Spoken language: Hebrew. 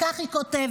וכך היא כותבת: